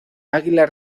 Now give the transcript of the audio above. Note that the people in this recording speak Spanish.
águila